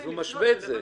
אז הוא משווה את זה.